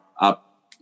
up